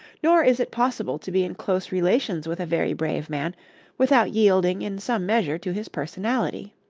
nor is it possible to be in close relations with a very brave man without yielding in some measure to his personality